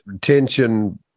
tension